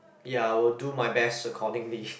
ya I will do my best accordingly